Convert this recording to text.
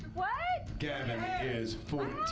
what? gavin is fourteen.